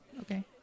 Okay